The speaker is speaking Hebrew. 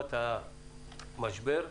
עצמת המשבר.